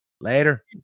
later